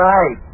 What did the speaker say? Right